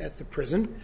at the prison